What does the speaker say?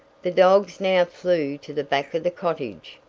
the dogs now flew to the back of the cottage,